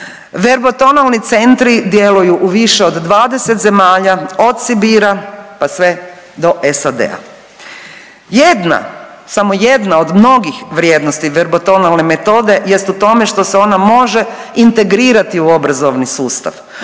Verbotonalni centri djeluju u više od 20 zemalja od Sibira pa sve do SAD-a. Jedna, samo jedna od mnogih vrijednosti verbotonalne metode jest u tome što se ona može integrirati u obrazovni sustav.